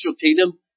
kingdom